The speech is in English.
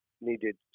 needed